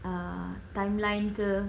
err timeline ke